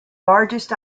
largest